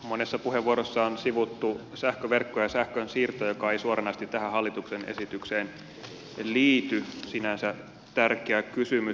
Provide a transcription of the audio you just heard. monessa puheenvuorossa on sivuttu sähköverkkoja ja sähkönsiirtoja jotka eivät suoranaisesti tähän hallituksen esitykseen liity sinänsä tärkeä kysymys